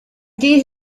dare